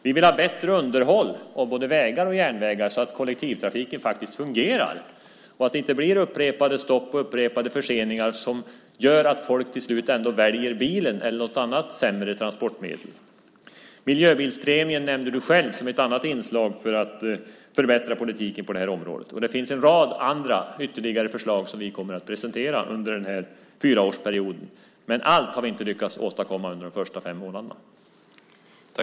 Vi vill ha bättre underhåll av både vägar och järnvägar så att kollektivtrafiken faktiskt fungerar och det inte blir upprepade stopp och upprepade förseningar som gör att folk till slut ändå väljer bilen eller något annat sämre transportmedel. Miljöbilspremien nämnde du själv som ett annat inslag för att förbättra politiken på det här området. Det finns en rad ytterligare förslag som vi kommer att presentera under den här fyraårsperioden. Men allt har vi inte lyckats åstadkomma under de första fem månaderna.